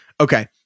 Okay